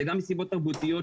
זה גם מסיבות תרבותיות,